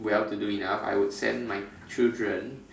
well to do enough I would send my children